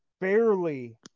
barely